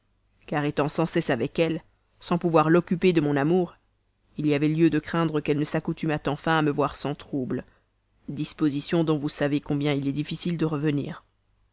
car étant sans cesse avec elle sans pouvoir l'occuper de mon amour il y avait lieu de craindre qu'elle ne s'accoutumât enfin à me voir sans trouble disposition dont vous savez assez combien il est difficile de revenir